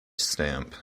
stamp